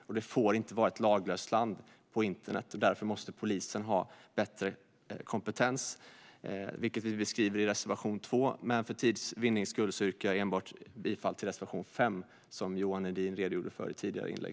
Internet får inte vara ett laglöst land, och därför måste polisen ha bättre kompetens, vilket vi beskriver i reservation 2. För tids vinnande yrkar jag dock bifall endast till reservation 5, som Johan Hedin redogjorde för i ett tidigare inlägg.